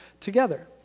together